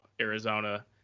Arizona